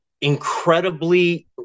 incredibly